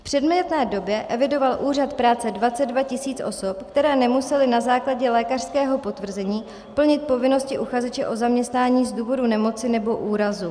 V předmětné době evidoval Úřad práce 22 tisíc osob, které nemusely na základě lékařského potvrzení plnit povinnosti uchazeče o zaměstnání z důvodu nemoci nebo úrazu.